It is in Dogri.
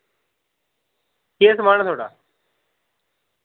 केह् समान ऐ थोआढ़ा